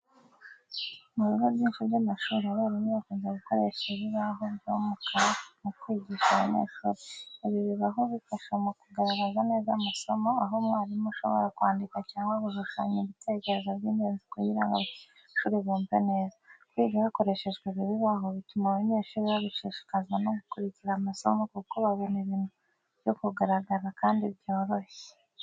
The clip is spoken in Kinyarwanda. Mu bigo byinshi by’amashuri, abarimu bakunze gukoresha ibibaho by’umukara mu kwigisha abanyeshuri. Ibi bibaho bifasha mu kugaragaza neza amasomo, aho umwarimu ashobora kwandika cyangwa gushushanya ibitekerezo by’ingenzi kugira ngo abanyeshuri babyumve neza. Kwiga hakoreshejwe ibi bibaho bituma abanyeshuri bashishikazwa no gukurikira amasomo, kuko babona ibintu mu buryo bugaragara kandi bworoshye.